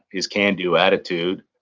his can-do attitude.